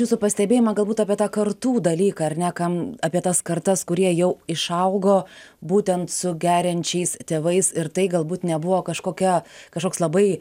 jūsų pastebėjimą galbūt apie tą kartų dalyką ar ne kam apie tas kartas kurie jau išaugo būtent su geriančiais tėvais ir tai galbūt nebuvo kažkokia kažkoks labai